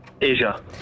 Asia